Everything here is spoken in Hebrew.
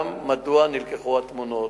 גם מדוע נלקחו התמונות.